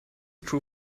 true